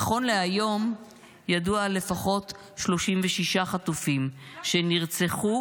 נכון להיום ידוע על לפחות 36 חטופים שנרצחו